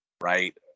right